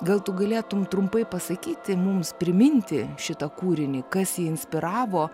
gal tu galėtum trumpai pasakyti mums priminti šitą kūrinį kas jį inspiravo